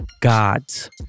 Gods